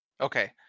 Okay